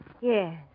Yes